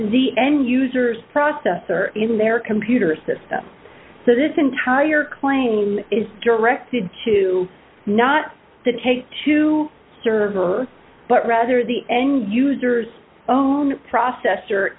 the end user's processor in their computer system so this entire claim is directed to not to take to server but rather the ngo users own processor